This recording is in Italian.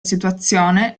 situazione